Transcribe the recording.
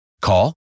Call